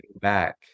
back